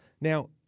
Now